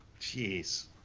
jeez